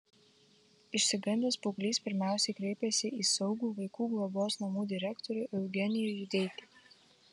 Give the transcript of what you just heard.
išsigandęs paauglys pirmiausiai kreipėsi į saugų vaikų globos namų direktorių eugenijų judeikį